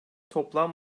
toplam